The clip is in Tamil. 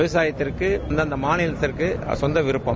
விவசாயத்திற்கு அந்தந்த மாநிலத்திற்கு சொந்த விருப்பம்